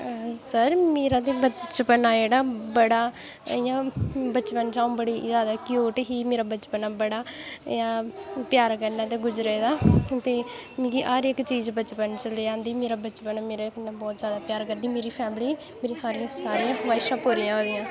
sir मेरा ते बचपन ऐ जेह्ड़ा इं'या बचपन च अं'ऊ बड़ी जादै क्यूट ही मेरा बचपन बड़ा इं'या प्यार कन्नै गुजरे दा ते मिगी हर इक्क चीज़ बचपन च लेआंदी ते मेरा बचपन बहुत प्यार कन्नै मेरी फैमिली सारियां ख्बाहिशां पूरियां होई दियां